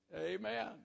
Amen